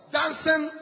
dancing